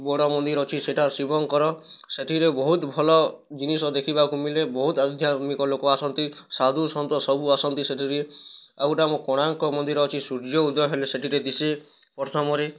ବଡ଼ ମନ୍ଦିର୍ ଅଛି ସେଇଟା ଶିବଙ୍କର ସେଥିରେ ବହୁତ୍ ଭଲ ଜିନିଷ ଦେଖିବାକୁ ମିଳେ ବହୁତ୍ ଆଧ୍ୟାତ୍ମିକ ଲୋକ ଆସନ୍ତି ସାଧୁ ସନ୍ଥ ସବୁ ଆସନ୍ତି ସେଇଠି କି ଆଉ ଗୋଟେ ଆମର କୋଣାର୍କ ମନ୍ଦିର୍ ଅଛି ସୂର୍ଯ୍ୟ ଉଦୟ ହେଲେ ସେଇଠି ଦିଶେ ଅସମୟରେ